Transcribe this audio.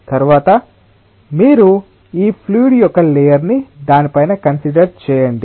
తరువాత మీరు ఈ ఫ్లూయిడ్ యొక్క లేయర్ ని దాని పైన కన్సిడర్ చేయండి